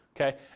Okay